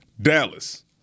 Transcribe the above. Dallas